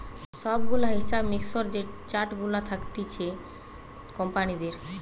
সব গুলা হিসাব মিক্সের যে চার্ট গুলা থাকতিছে কোম্পানিদের